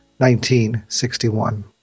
1961